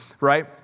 Right